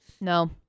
No